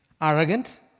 arrogant